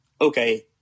okay